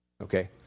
Okay